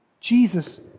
Jesus